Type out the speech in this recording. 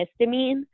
histamine –